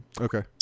Okay